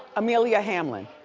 amelia hamlin.